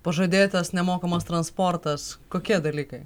pažadėtas nemokamas transportas kokie dalykai